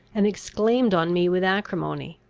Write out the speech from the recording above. and exclaimed on me with acrimony,